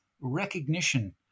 recognition